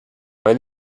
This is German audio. weil